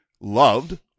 loved